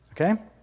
Okay